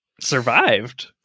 survived